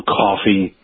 coffee